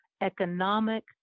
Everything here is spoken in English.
economic